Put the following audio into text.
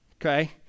Okay